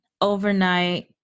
overnight